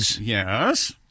yes